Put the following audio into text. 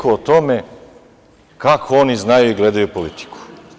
Toliko o tome kako oni znaju i gledaju politiku.